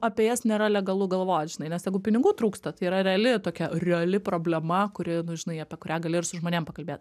apie jas nėra legalu galvot žinai nes jeigu pinigų trūksta tai yra reali tokia reali problema kuri nu žinai apie kurią gali ir su žmonėm pakalbėt